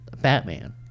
Batman